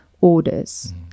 orders